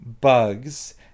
bugs